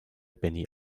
benny